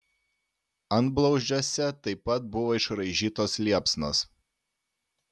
antblauzdžiuose taip pat buvo išraižytos liepsnos